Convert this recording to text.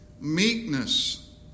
Meekness